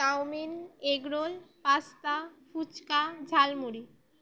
chowmein egg roll pasta phuchka jhalmuri